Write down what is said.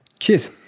Cheers